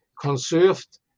conserved